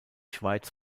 schweiz